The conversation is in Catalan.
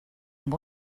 amb